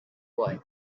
boy